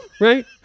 Right